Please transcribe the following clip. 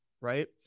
right